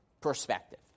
perspective